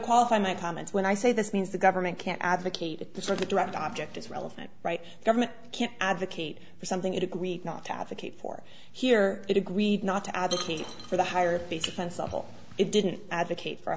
qualify my comments when i say this means the government can't advocate for the direct object as well right government can't advocate for something it agreed not to advocate for here it agreed not to advocate for the higher be defensible it didn't advocate for